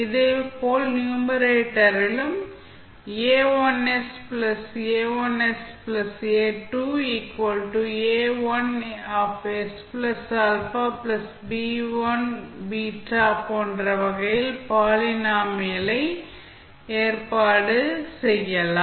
இதேபோல் நியூமரேட்டரிலும் A1s போன்ற வகையில் பாலினாமியல் ஐ ஏற்பாடு செய்யலாம்